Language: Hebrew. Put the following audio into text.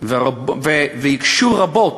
ויקשו רבות